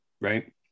right